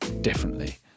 differently